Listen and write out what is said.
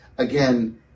again